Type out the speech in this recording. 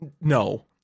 No